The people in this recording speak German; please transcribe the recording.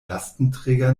lastenträger